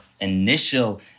initial